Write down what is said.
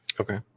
Okay